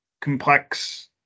complex